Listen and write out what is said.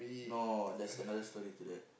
no there's another story to that